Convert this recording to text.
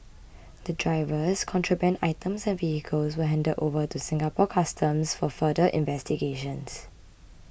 the drivers contraband items and vehicles were handed over to Singapore Customs for further investigations